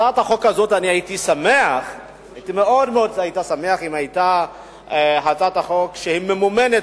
הייתי מאוד מאוד שמח אם היתה הצעת חוק שמממנת